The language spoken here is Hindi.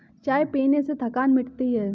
चाय पीने से थकान मिटती है